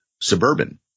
suburban